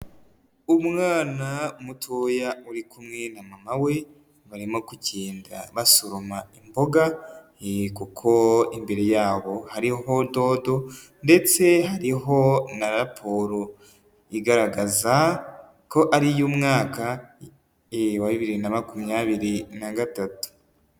Umwana mutoya uri kumwe na mama we, barimo gu kugenda basoroma imboga, kuko imbere yabo hariho dodo, ndetse harihona raporo igaragaza ko ari iy'umwaka wa bibiri na makumyabiri na gatatu.